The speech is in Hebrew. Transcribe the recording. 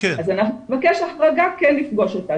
אנחנו נבקש החרגה כן לפגוש אותה,